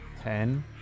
Ten